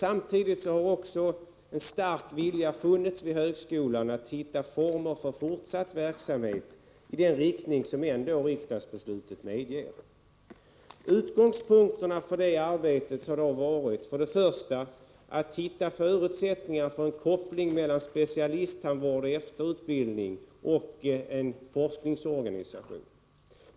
Samtidigt har också en stark vilja funnits vid högskolan att hitta former för fortsatt verksamhet i den riktning som riksdagsbeslutet ändå medger. Utgångspunkterna för det arbetet har varit, för det första, att hitta förutsättningar för en koppling mellan specialisttandvård och efterutbildning och en forskningsorganisation.